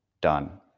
done